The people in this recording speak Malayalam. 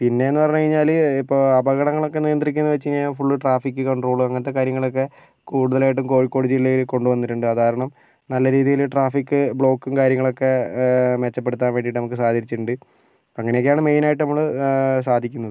പിന്നെയെന്നു പറഞ്ഞു കഴിഞ്ഞാൽ ഇപ്പോൾ അപകടങ്ങളൊക്കെ നിയന്ത്രിക്കുന്നത് വെച്ച് കഴിഞ്ഞാൽ ഫുള്ള് ട്രാഫിക് കണ്ട്രോൾ അങ്ങനത്തെ കാര്യങ്ങളൊക്കെ കൂടുതലായിട്ടും കോഴിക്കോട് ജില്ലയിൽ കൊണ്ടുവന്നിട്ടുണ്ട് അത് കാരണം നല്ല രീതിയിൽ ട്രാഫിക് ബ്ലോക്കും കാര്യങ്ങളൊക്കെ മെച്ചപ്പെടുത്താൻ വേണ്ടിയിട്ട് നമുക്ക് സാധിച്ചിട്ടുണ്ട് അങ്ങനെയൊക്കെയാണ് മെയിനായിട്ട് നമ്മൾ സാധിക്കുന്നത്